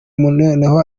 noneho